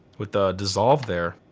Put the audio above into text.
with the dissolve there.